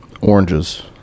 oranges